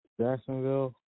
Jacksonville